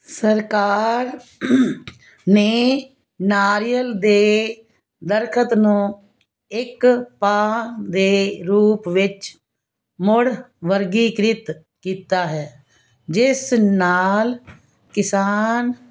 ਸਰਕਾਰ ਨੇ ਨਾਰੀਅਲ ਦੇ ਦਰੱਖਤ ਨੂੰ ਇੱਕ ਪਾਮ ਦੇ ਰੂਪ ਵਿੱਚ ਮੁੜ ਵਰਗੀਕ੍ਰਿਤ ਕੀਤਾ ਹੈ ਜਿਸ ਨਾਲ ਕਿਸਾਨ